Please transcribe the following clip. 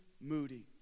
Moody